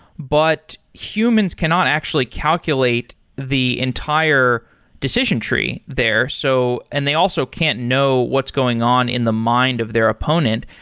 but humans cannot actually calculate the entire decision tree there so and they also can't know what's going on in the mind of their opponent.